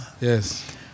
Yes